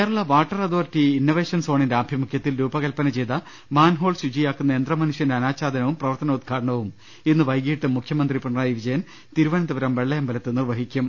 Kerala water authority innovation സോണിന്റെ ആഭി മുഖ്യത്തിൽ രൂപകൽപന ചെയ്ത മാൻഹോൾ ശുചിയാ ക്കുന്ന യന്ത്ര മനുഷ്യന്റെ അനാച്ഛാദനവും പ്രവർത്തനോ ദ്ഘാടനവും ഇന്ന് വൈകീട്ട് മുഖ്യമന്ത്രി പിണറായി വിജ യൻ തിരുവനന്തപുരം വെള്ളയമ്പലത്ത് നിർവഹിക്കും